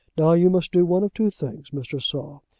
now you must do one of two things, mr. saul.